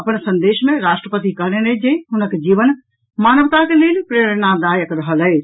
अपन संदेश मे राष्ट्रपति कहलनि अछि जे हुनक जीवन मानवताक लेल प्रेरणादायक रहल अछि